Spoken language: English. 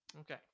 Okay